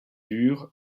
dure